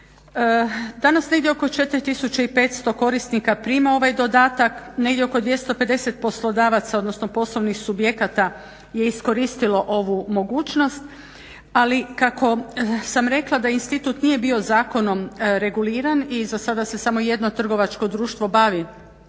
Danas negdje oko 4500 korisnika prima ovaj dodatak, negdje oko 250 poslodavaca odnosno poslovnih subjekata je iskoristilo ovu mogućnost ali kako sam rekla da institut nije bio zakonom reguliran i zasada se samo jedno trgovačko društvo bavi